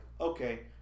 okay